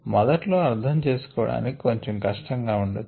మొదట్లో అర్ధం చేసుకోవడానికి కొంచెం కష్టం గా ఉండొచ్చు